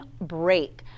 break